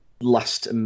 last